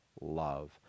love